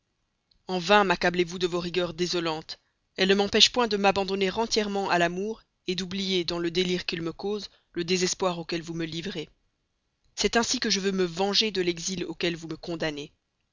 en vain maccablez vous de vos rigueurs désolantes elles ne m'empêchent point de m'abandonner entièrement à l'amour d'oublier dans le délire qu'il me cause le désespoir auquel vous me livrez c'est ainsi que je veux me venger de l'exil auquel vous me condamnez